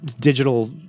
digital